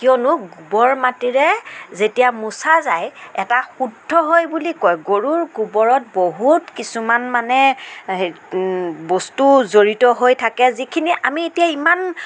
কিয়নো গোবৰ মাটিৰে যেতিয়া মোচা যায় এটা শুদ্ধ হয় বুলি কয় গৰুৰ গোবৰত বহুত কিছুমান মানে হে বস্তু জড়িত হৈ থাকে যিখিনি আমি এতিয়া ইমান